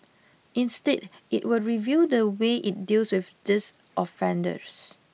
instead it will review the way it deals with these offenders